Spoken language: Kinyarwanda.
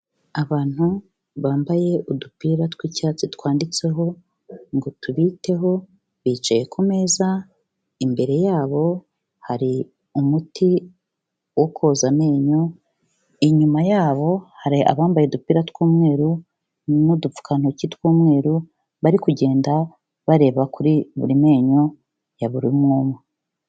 Abantu bambaye udupira tw'icyatsi twanditseho ngo tubiteho bicaye ku meza, imbere yabo hari umuti wo koza amenyo, inyuma yabo hari abambaye udupira tw'umweru n'udupfukantoki tw'umweru, bari kugenda bareba kuri buri menyo ya buri umwe umwe.